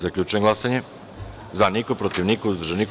Zaključujem glasanje: za – četiri, protiv – niko, uzdržan – niko.